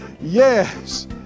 Yes